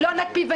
מה החלופה?